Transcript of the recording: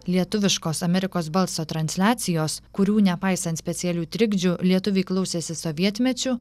lietuviškos amerikos balso transliacijos kurių nepaisant specialių trikdžių lietuviai klausėsi sovietmečiu